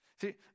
See